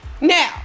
Now